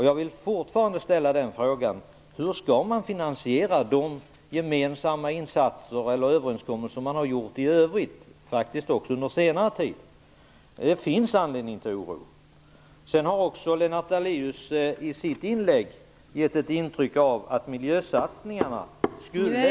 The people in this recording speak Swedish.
Jag vill då fortfarande ställa frågan: Hur skall man finansiera de gemensamma överenskommelser som man har gjort i övrigt, faktiskt också under senare tid? Det finns anledning till oro. Sedan gav Lennart Daléus också i sitt inlägg ett intryck av att miljösatsningarna skulle...